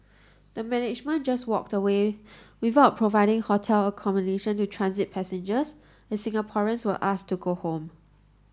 the management just walked away without providing hotel accommodation to transit passengers and Singaporeans were asked to go home